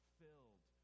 filled